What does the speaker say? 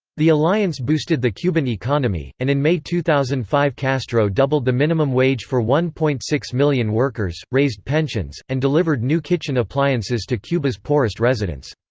the alliance boosted the cuban economy, and in may two thousand and five castro doubled the minimum wage for one point six million workers, raised pensions, and delivered new kitchen appliances to cuba's poorest residents.